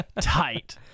Tight